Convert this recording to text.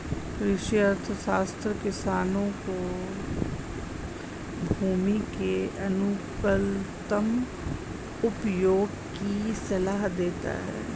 कृषि अर्थशास्त्र किसान को भूमि के अनुकूलतम उपयोग की सलाह देता है